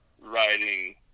writing